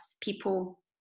people